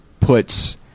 puts